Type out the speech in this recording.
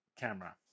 camera